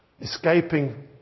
Escaping